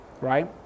right